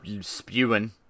spewing